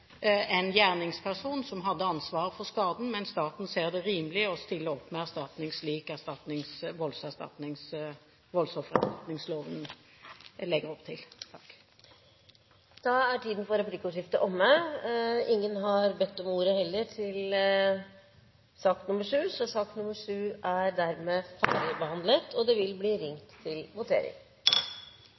en gjerningsperson som hadde ansvaret for skaden, men staten ser det rimelig å stille opp med erstatning, slik voldsoffererstatningsloven legger opp til. Replikkordskiftet er dermed omme. Flere har ikke bedt om ordet til sak nr. 7. Stortinget er da klar til votering over sakene på dagens kart. Vi starter med sak nr. 3, da sakene nr. 1 og